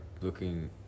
looking